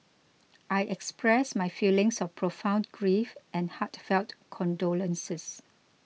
I express my feelings of profound grief and heartfelt condolences